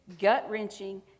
gut-wrenching